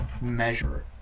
measure